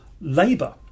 labour